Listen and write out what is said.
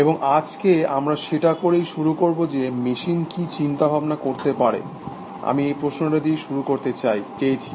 এবং আজকে আমরা সেটা করেই শুরু করব যে মেশিন কি চিন্তা ভাবনা করতে পারে আমি এই প্রশ্নটা দিয়েই শুরু করতে চেয়েছি